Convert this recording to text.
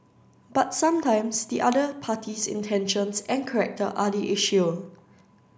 but sometimes the other party's intentions and character are the issue